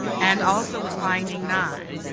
and also, with finding nine,